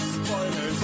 spoilers